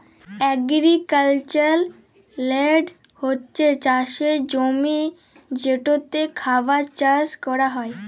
agricultural land হছে চাষের জমি যেটতে খাবার চাষ ক্যরা হ্যয়